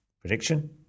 Prediction